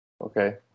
Okay